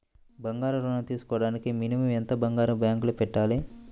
బంగారం ఋణం తీసుకోవడానికి మినిమం ఎంత బంగారం బ్యాంకులో పెట్టాలి?